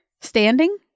Standing